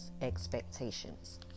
expectations